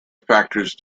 factors